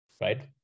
right